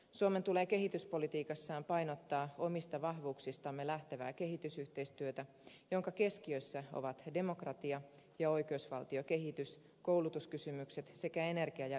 suomen tulee kehityspolitiikassaan painottaa omista vahvuuksistamme lähtevää kehitysyhteistyötä jonka keskiössä ovat demokratia ja oikeusvaltiokehitys koulutuskysymykset sekä energia ja ympäristösektorit